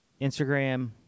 Instagram